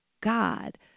God